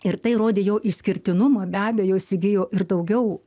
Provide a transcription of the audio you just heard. ir tai rodė jo išskirtinumo be abejo jis įgijo ir daugiau